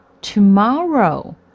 tomorrow